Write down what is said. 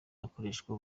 hakoreshwa